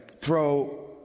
throw